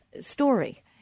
story